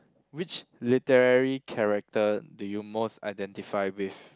which literary character do you most identify with